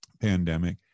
pandemic